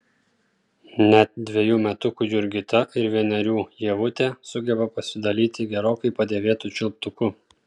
net dvejų metukų jurgita ir vienerių ievutė sugeba pasidalyti gerokai padėvėtu čiulptuku